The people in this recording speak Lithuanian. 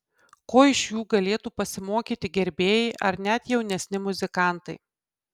ko iš jų galėtų pasimokyti gerbėjai ar net jaunesni muzikantai